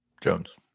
Jones